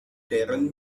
deren